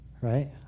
right